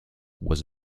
was